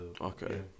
Okay